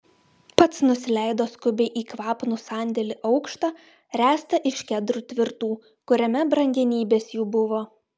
pats nusileido skubiai į kvapnų sandėlį aukštą ręstą iš kedrų tvirtų kuriame brangenybės jų buvo